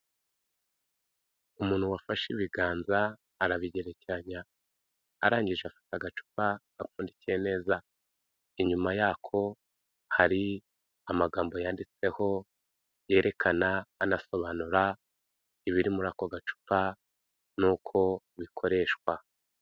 Umuntu wafashe ibiganza arabigerekeranya, arangije agacupa apfundikiye neza, inyuma yako hari amagambo yanditseho yerekana anasobanura ibiri muri ako gacupa n'uko bikoreshwa.